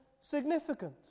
significance